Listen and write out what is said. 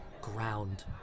ground